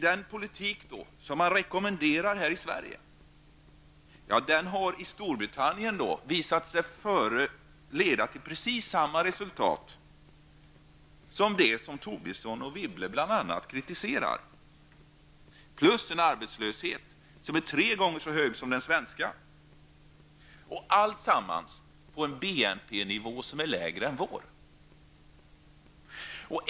Den politik som rekommenderas här i Sverige har i Storbritannien visat sig leda till precis samma resultat som det som bl.a. Tobisson och Wibble kritiserar, plus en arbetslöshet som är tre gånger så hög som den svenska; alltsammans på en BNP-nivå som är lägre än vår.